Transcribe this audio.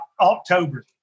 October